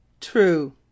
True